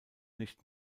nicht